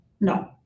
No